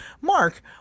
Mark